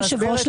היושב-ראש,